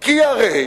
כי הרי